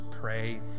pray